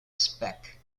spec